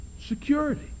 security